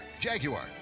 Jaguar